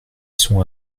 sont